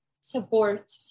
support